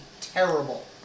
terrible